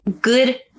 good